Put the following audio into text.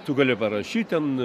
tu gali parašyt ten